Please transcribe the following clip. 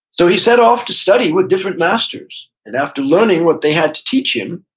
so, he set off to study with different masters, and after learning what they had to teach him,